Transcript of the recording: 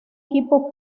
equipo